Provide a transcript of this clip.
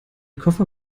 koffer